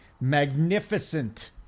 magnificent